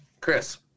Chris